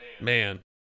Man